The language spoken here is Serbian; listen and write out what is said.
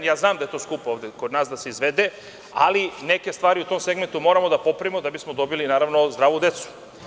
Ja znam da je to skupo ovde kod nas da se izvede, ali neke stvari u tom segmentu moramo da popravimo da bismo dobili naravno zdravu decu.